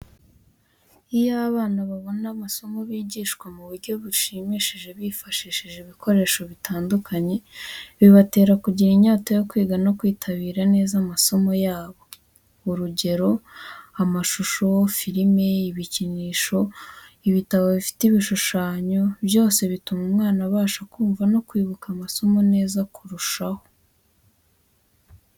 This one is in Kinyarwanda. Iyo abana babona amasomo bigishwa mu buryo bushimishije bifashishijwe ibikoresho bitandukanye, bibatera kugira inyota yo kwiga no kwitabira neza amasomo yabo. Urugero, amashusho, firime, ibikinisho, ibitabo bifite ibishushanyo, byose bituma umwana abasha kumva no kwibuka amasomo neza kurushaho.